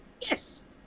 Yes